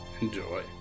Enjoy